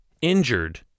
injured